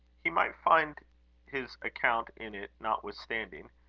he might find his account in it, notwithstanding.